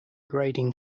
grading